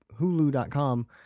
Hulu.com